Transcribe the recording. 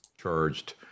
Charged